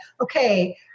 okay